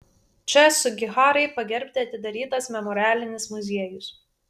č sugiharai pagerbti atidarytas memorialinis muziejus